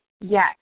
Yes